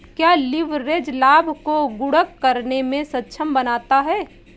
क्या लिवरेज लाभ को गुणक करने में सक्षम बनाता है?